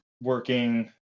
working